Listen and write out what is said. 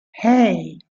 hey